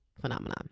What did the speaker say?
phenomenon